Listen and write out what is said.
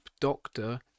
Doctor